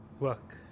Look